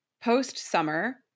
post-summer